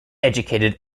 educated